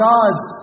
God's